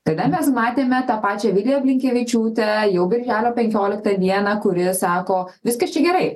tada mes matėme tą pačią viliją blinkevičiūtę jau birželio penkioliktą dieną kuri sako viskas čia gerai